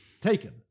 taken